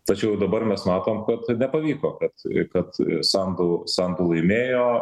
tačiau dabar mes matom kad nepavyko kad kad sandu sandu laimėjo